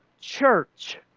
church